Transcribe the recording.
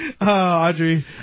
Audrey